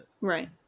Right